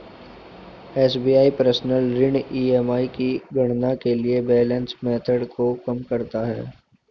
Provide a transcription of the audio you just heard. SBI personal ऋण EMI की गणना के लिए बैलेंस मेथड को कम करता है